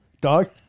Dog